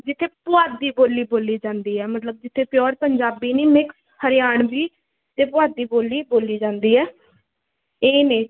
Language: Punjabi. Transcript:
ਜਿੱਥੇ ਪੁਆਧੀ ਬੋਲੀ ਬੋਲੀ ਜਾਂਦੀ ਹੈ ਮਤਲਬ ਜਿੱਥੇ ਪਿਓਰ ਪੰਜਾਬੀ ਨਹੀਂ ਮਿਕਸ ਹਰਿਆਣਵੀ ਅਤੇ ਪੁਆਧੀ ਬੋਲੀ ਬੋਲੀ ਜਾਂਦੀ ਹੈ ਇਹ ਨੇ